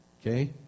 Okay